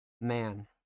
man